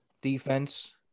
defense